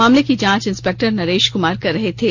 मामले की जांच इंस्पेक्टर नरेश कुमार कर रहे थे